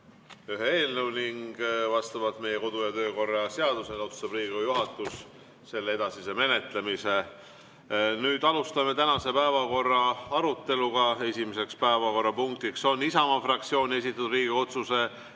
ühe eelnõu ning vastavalt meie kodu- ja töökorra seadusele otsustab Riigikogu juhatus selle edasise menetlemise. Alustame tänase päevakorra aruteluga. Esimeseks päevakorrapunktiks on Isamaa fraktsiooni esitatud Riigikogu otsuse